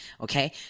Okay